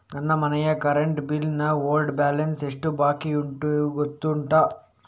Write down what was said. ನನ್ನ ಮನೆಯ current bill ನ ಓಲ್ಡ್ ಬ್ಯಾಲೆನ್ಸ್ ಎಷ್ಟು ಬಾಕಿಯುಂಟೆಂದು ಗೊತ್ತುಂಟ?